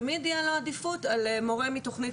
תמיד תהיה לו עדיפות על מורה מתוכנית